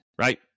right